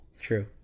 True